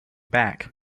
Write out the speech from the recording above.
back